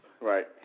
Right